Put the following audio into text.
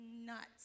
nuts